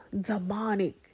demonic